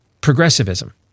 progressivism